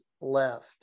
left